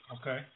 Okay